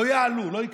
לא יעלו, לא יקפצו.